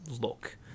look